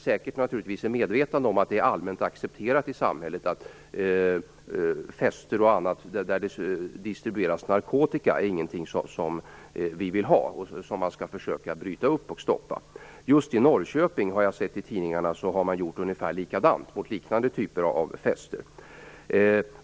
Säkert var man medveten om att det i samhället är allmänt accepterat att fester och andra tillställningar där det distribueras narkotika inte är någonting som vi vill ha utan något som vi skall försöka stoppa. Jag har sett i tidningarna att man just i Norrköping har gjort ungefär likadant mot liknande typer av fester.